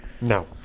no